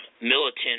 militant